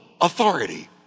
authority